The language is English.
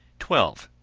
twelve.